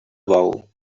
bou